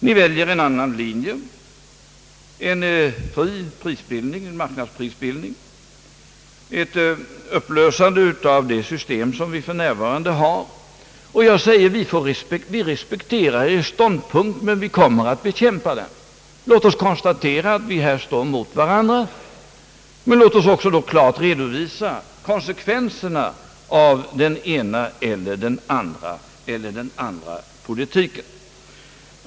Ni väljer en annan linje, en fri marknadsprisbildning och ett upplösande av det system, som vi för närvarande har. Vi får respektera er ståndpunkt, men vi kommer att bekämpa den. Låt oss konstatera att vi här står emot varandra, men låt oss också klart redovisa konsekvenserna av den ena eller den andra politiken.